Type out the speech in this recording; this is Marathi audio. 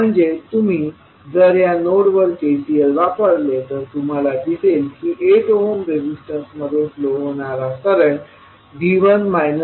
म्हणजे तुम्ही जर या नोडवर KCL वापरले तर तुम्हाला दिसेल की 8 ओहम रेजिस्टन्स मध्ये फ्लो होणारा करंट V1 V08असेल